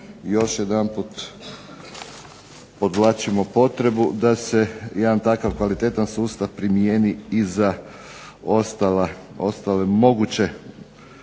još jedanput podvlačimo potrebu da se jedan takav kvalitetan sustav primijeni i za ostale moguće,